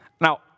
Now